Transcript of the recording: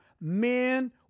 men